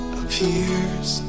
appears